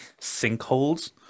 sinkholes